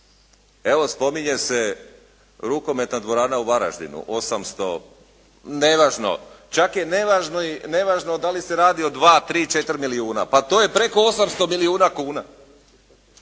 Evo, spominje se rukometna dvorana u Varaždinu 800, nevažno. Čak je nevažno da li se radi o 2, 3, 4 milijuna. Pa to je preko 800 milijuna kuna.